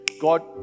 God